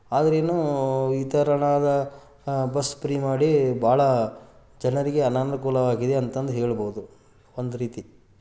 ಆದರಿನ್ನೂ ಈ ತೆರನಾದ bus free ಮಾಡಿ ಭಾಳ ಜನರಿಗೆ ಅನಾನುಕೂಲವಾಗಿದೆ ಅಂತಂದು ಹೇಳ್ಬೋದು ಒಂದು ರೀತಿ